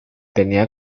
tenía